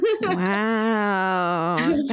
Wow